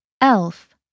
elf